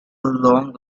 long